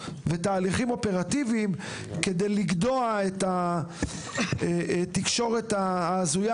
תהליכים אופרטיביים כדי לגדוע את התקשורת ההזויה